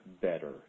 better